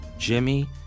Jimmy